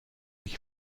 ich